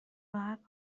راحت